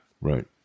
Right